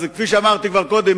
כפי שאמרתי כבר קודם,